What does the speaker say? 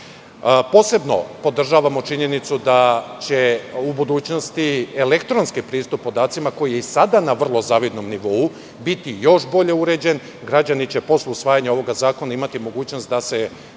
podržavamo činjenicu da će u budućnosti elektronski pristup podacima, koji je i sada na vrlo zavidnom nivou, biti još bolje uređen. Građani će, posle usvajanja ovog zakona, imati mogućnost da se